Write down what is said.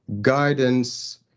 guidance